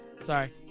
Sorry